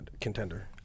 contender